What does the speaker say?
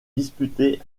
disputée